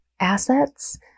assets